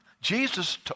Jesus